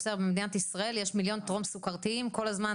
במדינת ישראל יש מיליון טרום סוכרתיים וכל הזמן,